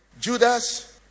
judas